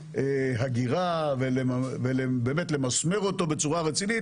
הגירה ולמסמר אותו בצורה רצינית,